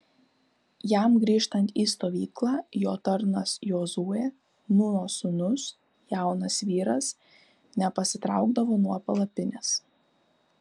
jam grįžtant į stovyklą jo tarnas jozuė nūno sūnus jaunas vyras nepasitraukdavo nuo palapinės